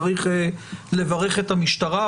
צריך לברך את המשטרה,